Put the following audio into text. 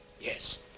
yes